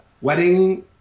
wedding